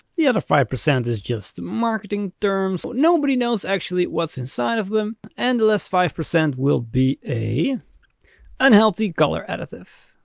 yeah the five percent is just marketing terms nobody knows actually what's inside of them. and the last five percent will be a unhealthy color additive.